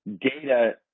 Data